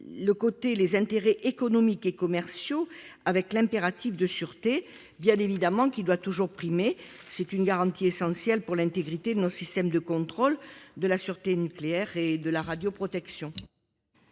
balance les intérêts économiques et commerciaux avec l’impératif de sûreté, lequel doit toujours primer. C’est une garantie essentielle pour l’intégrité de notre système de contrôle de la sûreté nucléaire et de la radioprotection.